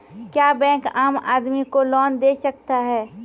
क्या बैंक आम आदमी को लोन दे सकता हैं?